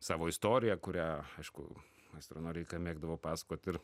savo istoriją kurią aišku maestro noreika mėgdavo pasakot ir